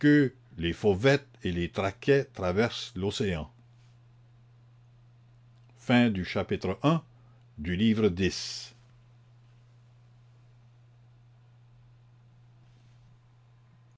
les fauvettes et les traquets traversent l'océan ii